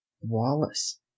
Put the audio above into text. wallace